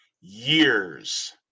years